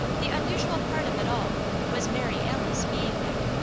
the unusual part of it all was mary alice being there.